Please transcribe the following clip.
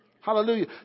Hallelujah